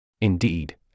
Indeed